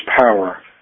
power